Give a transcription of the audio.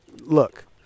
Look